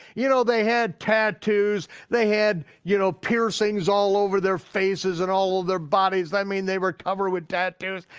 you know, they had tattoos, they had you know piercings all over their faces and all over their bodies, i mean, they were covered with tattoos.